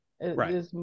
Right